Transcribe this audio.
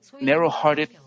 narrow-hearted